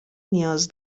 نیاز